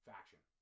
Faction